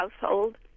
household